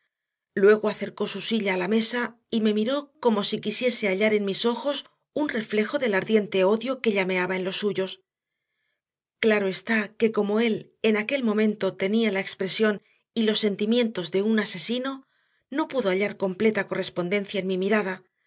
luego acercó su silla a la mesa y me miró como si quisiese hallar en mis ojos un reflejo del ardiente odio que llameaba en los suyos claro está que como él en aquel momento tenía la expresión y los sentimientos de un asesino no pudo hallar completa correspondencia en mi mirada